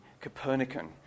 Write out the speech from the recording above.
Copernican